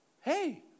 hey